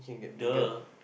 duh